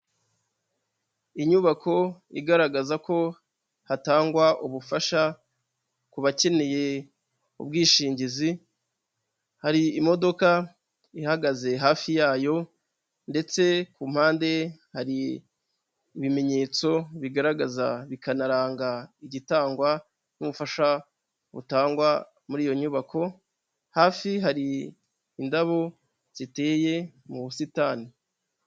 Inyubako igaragaza ko hatangwa ubufasha ku bakeneye ubwishingizi, hari imodoka ihagaze hafi yayo ndetse ku mpande hari ibimenyetso bigaragaza, bikanaranga igitangwa n'ubufasha butangwa muri iyo nyubako, hafi hari indabo ziteye mu busitani.